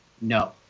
no